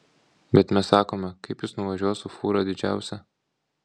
bet mes sakome kaip jis nuvažiuos su fūra didžiausia